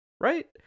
right